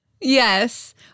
Yes